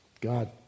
God